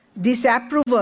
disapproval